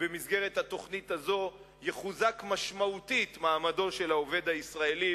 שבמסגרת התוכנית הזאת יחוזק משמעותית מעמדו של העובד הישראלי,